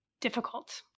difficult